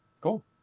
Cool